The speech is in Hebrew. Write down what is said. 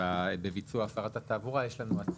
בביצוע הפרת התעבורה, יש לנו הצעה.